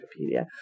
Wikipedia